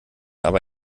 aber